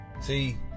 See